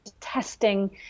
testing